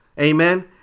Amen